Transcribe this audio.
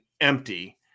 empty